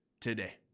today